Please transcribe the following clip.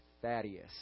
Thaddeus